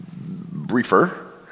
briefer